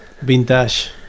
Vintage